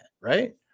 right